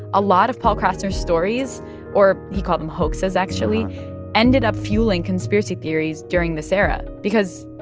a lot of paul krassner's stories or he called them hoaxes, actually ended up fueling conspiracy theories during this era because,